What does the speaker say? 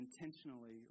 Intentionally